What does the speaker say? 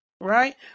Right